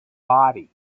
body